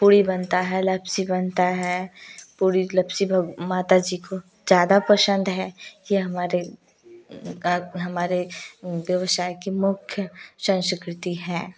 पूड़ी बनता है लपसी बनता है पूड़ी लपसी वो माता जी को ज़्यादा पसंद है ये हमारे गा हमारे व्यवसाय के मुख्य संस्कृति है